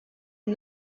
est